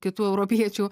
kitų europiečių